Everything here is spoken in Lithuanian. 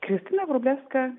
kristina vrublevska